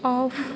of